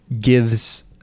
gives